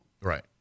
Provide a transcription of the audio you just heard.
Right